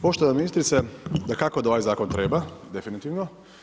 Poštovana ministrice, dakako da ovaj zakon treba, definitivno.